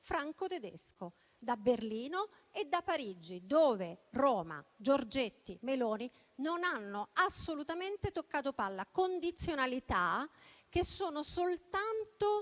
franco-tedesco, da Berlino e da Parigi, dove Roma, Giorgetti e Meloni non hanno assolutamente toccato palla. Condizionalità che sono soltanto